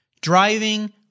Driving